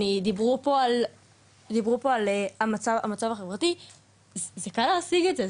דיברו פה על המצב החברתי זה קל להשיג את זה,